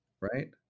right